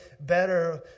better